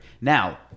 Now